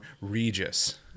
regis